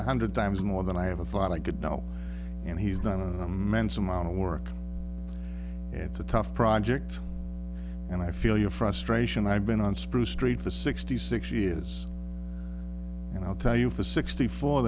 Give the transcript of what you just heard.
one hundred times more than i ever thought i could know and he's done a man's amount of work and it's a tough project and i feel your frustration i've been on spruce street for sixty six years and i'll tell you the sixty four